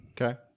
Okay